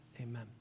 amen